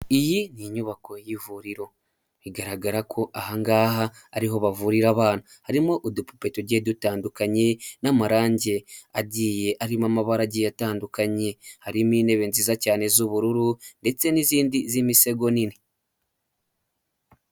Iyi ni inyubako y'ivuriro. Bigaragara ko aha ngaha ariho bavurira abana, harimo udupupe tugiye dutandukanye n'amarangi agiye arimo amabara agiye atandukanye, harimo intebe nziza cyane z'ubururu ndetse n'izindi z'imisego nini.